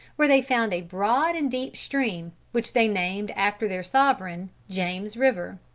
where they found a broad and deep stream, which they named after their sovereign, james river.